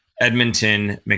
Edmonton